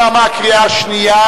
תמה הקריאה השנייה